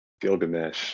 Gilgamesh